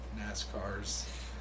NASCARs